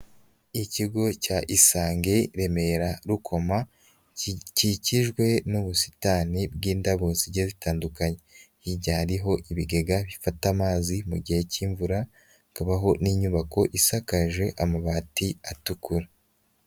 Ikigo cya Isange, Remera, Rukoma, gikikijwe n'ubusitani bw'indabo zigiye zitandukanye, hirya hariho ibigega bifata amazi mu gihe cy'imvura, hakabaho n'inyubako isakaje amabati atukura.